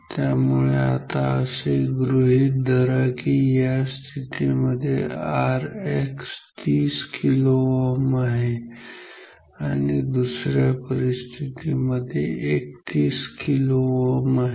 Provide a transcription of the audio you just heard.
त्यामुळे आता असे गृहीत धरा की एका स्थितीमध्ये Rx 30 kΩ आहे आणि दुसऱ्या परिस्थितीमध्ये Rx 31 kΩ आहे